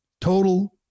Total